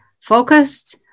focused